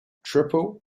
triple